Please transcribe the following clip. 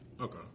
Okay